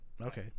Okay